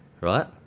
right